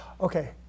Okay